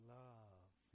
love